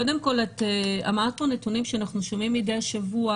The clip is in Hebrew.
קודם כל את אמרת פה נתונים שאנחנו שומעים מדי שבוע